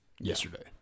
Yesterday